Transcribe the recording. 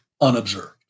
Unobserved